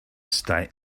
stay